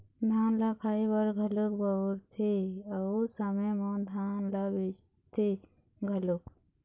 धान ल खाए बर घलोक बउरथे अउ समे म धान ल बेचथे घलोक